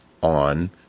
on